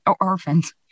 orphans